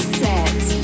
set